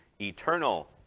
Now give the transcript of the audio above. eternal